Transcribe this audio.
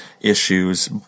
issues